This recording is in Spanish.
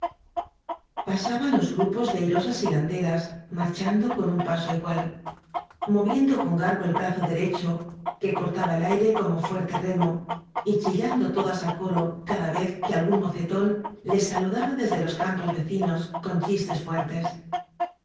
pasaban los grupos de airosas hilanderas marchando con un paso igual moviendo con garbo el brazo derecho que cortaba el aire como fuerte remo y chillando todas á coro cada vez que algún mocetón les saludaba desde los campos vecinos con chistes fuertes